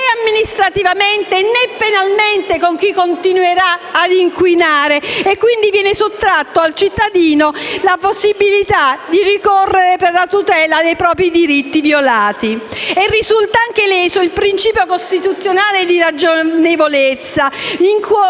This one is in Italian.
amministrativamente né penalmente, contro chi continuerà a inquinare. Così viene sottratta al cittadino la possibilità di ricorrere per la tutela dei propri diritti violati. E in tal modo risulta anche leso il principio costituzionale di ragionevolezza, in